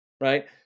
right